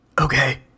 Okay